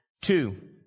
Two